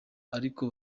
ariko